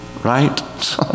Right